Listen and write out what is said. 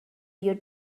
your